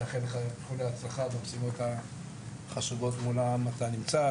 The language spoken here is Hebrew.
ולתכנן איך באמת ומה המכסות ומה המקצועות שיש לגביהם ביקוש.